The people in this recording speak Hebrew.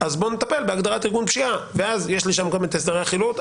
אז בואו נטפל בהגדרת ארגון פשיעה ואז יש לי שם גם את הסדרי החילוט.